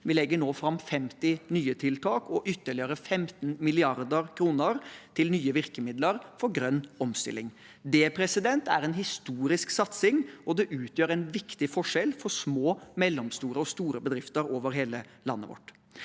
Vi legger nå fram 50 nye tiltak og ytterligere 15 mrd. kr til nye virkemidler for grønn omstilling. Det er en historisk satsing, og det utgjør en viktig forskjell for små, mellomstore og store bedrifter over hele landet vårt.